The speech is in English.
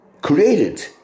created